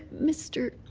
but mr.